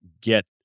get